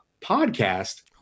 podcast